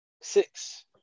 six